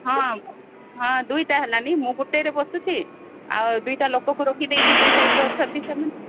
ହଁ ହଁ ଦୁଇଟା ହେଲାଣି ମୁଁ ଗୋଟେରେ ବସୁଛି ଆଉ ଦୁଇଟା ଲୋକକୁ ରଖିଦେଇଛି ଦୁଇ ସାଇଡ୍ରେ ଅଛନ୍ତି ସେମାନେ